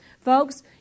Folks